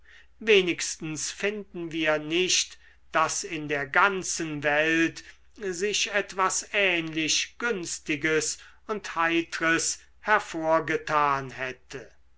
wenigstens finden wir nicht daß in der ganzen welt sich etwas ähnlich günstiges und heitres hervorgetan hätte